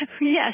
Yes